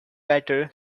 better